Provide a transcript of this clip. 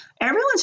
everyone's